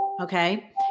Okay